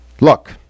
Look